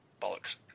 bollocks